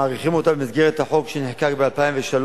מאריכים אותה במסגרת החוק שנחקק ב-2003,